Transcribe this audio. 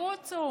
ירוצו